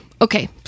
okay